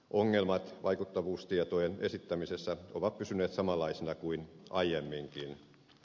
ongelmat vaikuttavuustietojen esittämisessä ovat pysyneet samanlaisina kuin aiemminkin